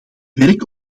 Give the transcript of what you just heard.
werk